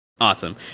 Awesome